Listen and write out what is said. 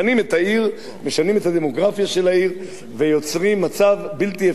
משנים את הדמוגרפיה של העיר ויוצרים מצב בלתי אפשרי למדינת ישראל.